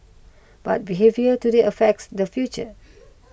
but behaviour today affects the future